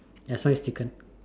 as long is chicken